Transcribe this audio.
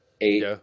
eight